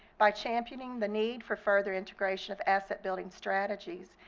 by championing the need for further integration of asset building strategies,